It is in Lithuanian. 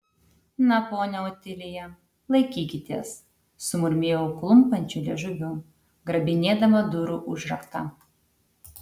na ponia otilija laikykitės sumurmėjau klumpančiu liežuviu grabinėdama durų užraktą